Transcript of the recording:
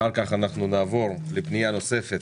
אחר כך אנחנו נעבור לפנייה נוספת